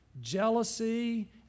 jealousy